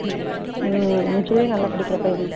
actually நல்லா படிக்கிற பையன் தான்